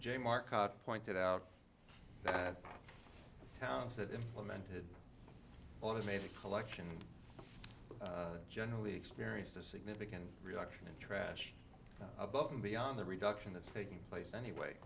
j market pointed out that towns that implemented automated collection generally experienced a significant reduction in trash above and beyond the reduction that's taking place anyway